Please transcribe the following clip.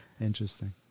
Interesting